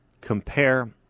Compare